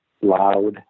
loud